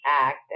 act